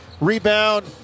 rebound